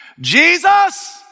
Jesus